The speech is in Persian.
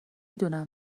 دونم